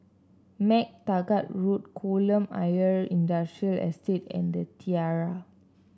MacTaggart Road Kolam Ayer Industrial Estate and The Tiara